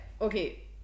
okay